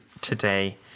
today